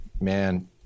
man